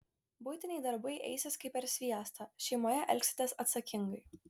buitiniai darbai eisis kaip per sviestą šeimoje elgsitės atsakingai